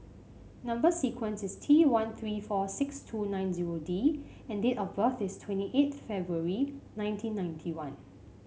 number sequence is T one three four six two nine zero D and date of birth is twenty eighth February nineteen ninety one